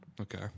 okay